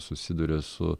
susiduria su